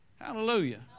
hallelujah